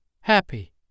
Happy